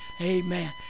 amen